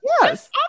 yes